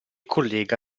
collega